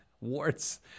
warts